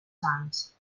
sants